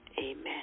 Amen